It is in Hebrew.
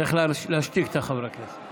צריך להשתיק את חברי הכנסת.